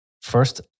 first